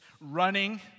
running